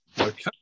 Okay